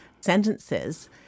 sentences